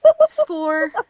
Score